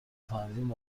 فهمیدیم